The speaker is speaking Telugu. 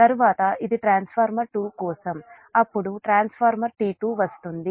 తరువాత ఇది ట్రాన్స్ఫార్మర్ 2 కోసం అప్పుడు ట్రాన్స్ఫార్మర్ T2 వస్తుంది